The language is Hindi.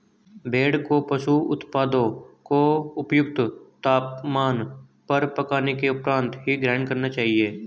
भेड़ को पशु उत्पादों को उपयुक्त तापमान पर पकाने के उपरांत ही ग्रहण करना चाहिए